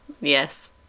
Yes